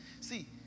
See